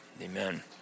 Amen